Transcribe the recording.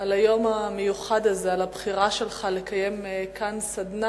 על היום המיוחד הזה, על הבחירה שלך לקיים כאן סדנה